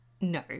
No